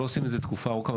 לא עושים את זה תקופה ארוכה,